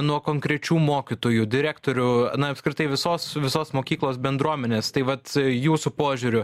nuo konkrečių mokytojų direktorių na apskritai visos visos mokyklos bendruomenės tai vat jūsų požiūriu